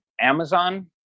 Amazon